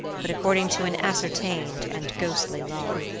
but according to an ascertained and ghostly law.